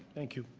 thank you.